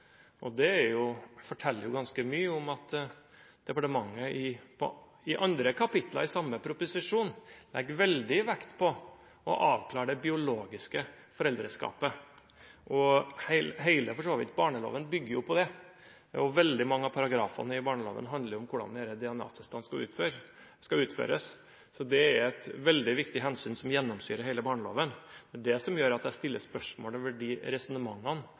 forteller ganske mye om at departementet i andre kapitler i samme proposisjon legger veldig vekt på å avklare det biologiske foreldreskapet. Hele barneloven bygger jo for så vidt på det. Veldig mange av paragrafene i barneloven handler om hvordan disse DNA-testene skal utføres, så det er et veldig viktig hensyn som gjennomsyrer hele barneloven. Det er det som gjør at jeg stiller spørsmål ved de resonnementene